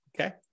okay